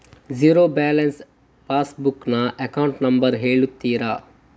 Zero balance pass book ನ account number ಹೇಳುತ್ತೀರಾ?